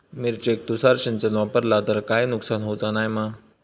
मिरचेक तुषार सिंचन वापरला तर काय नुकसान होऊचा नाय मा?